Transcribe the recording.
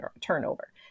turnover